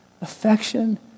affection